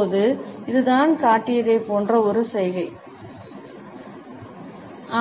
இப்போது இது நான் காட்டியதைப் போன்ற ஒரு சைகை